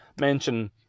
mention